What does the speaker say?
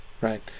right